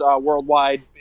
worldwide